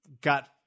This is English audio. got